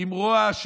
עם רוע,